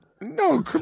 No